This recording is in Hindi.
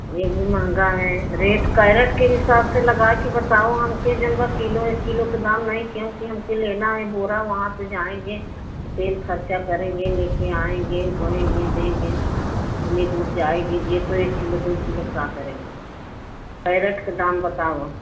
यह भी महंगा है रेट कैरेट के हिसाब से लगा के बताओ हमके जो कि किलो एक किलो के दाम नहीं क्योंकि हमें लेना बोरा वहाँ से जाएँगे तेल खर्चा करेंगे लेके आएँगे धोएँगे देंगे इतने दूर जाएगे ये तो एक किलो दो किलो क्या करेंगे कैरेट के दाम बताव